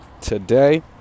today